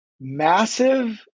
massive